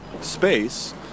space